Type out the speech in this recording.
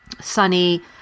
sunny